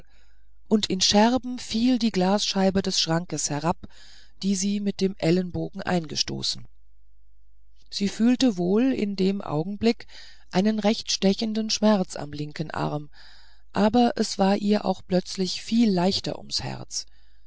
und in scherben fiel die glasscheibe des schranks herab die sie mit dem ellbogen eingestoßen sie fühlte wohl in dem augenblick einen recht stechenden schmerz am linken arm aber es war ihr auch plötzlich viel leichter ums herz